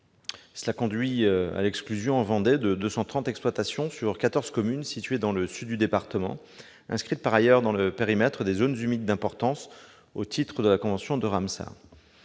elle conduit à l'exclusion de 230 exploitations sur quatorze communes situées dans le sud du département, pourtant inscrites dans le périmètre des zones humides d'importance au titre de la convention de Ramsar.